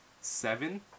seven